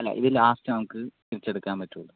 അല്ല ഇത് ലാസ്റ്റ് നമുക്ക് തിരിച്ചെടുക്കാൻ പറ്റുകയുള്ളൂ